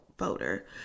Voter